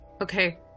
Okay